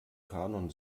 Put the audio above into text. kanon